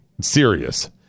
serious